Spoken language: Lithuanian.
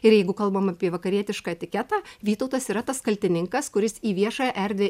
ir jeigu kalbam apie vakarietišką etiketą vytautas yra tas kaltininkas kuris į viešąją erdvę